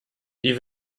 die